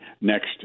next